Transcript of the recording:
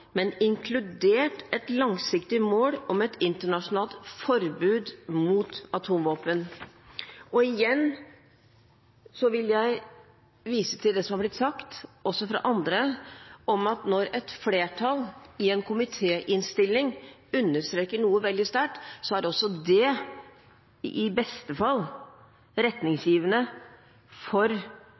inkludert et langsiktig mål om et internasjonalt forbud mot atomvåpen. Og igjen vil jeg vise til det som er blitt sagt også fra andre, at når et flertall i en komitéinnstilling understreker noe veldig sterkt, så er også det i beste fall retningsgivende for